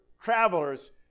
travelers